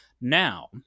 Now